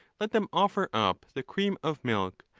let them offer up the cream of milk,